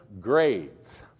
grades